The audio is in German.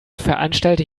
veranstalte